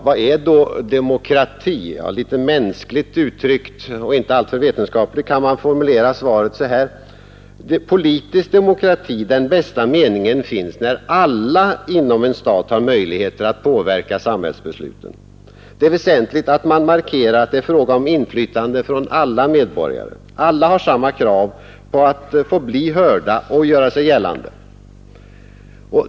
Vad är då demokrati? Mänskligt uttryckt och inte alltför vetenskapligt kan man formulera svaret så här: Politisk demokrati i den bästa meningen finns när alla inom en stat har möjlighet att påverka samhällsbesluten. Det är väsentligt att man markerar att det är fråga om inflytande från alla medborgare. Alla har samma krav på att få bli hörda och kunna göra sig gällande.